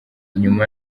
nyuma